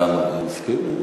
אתה מסכים?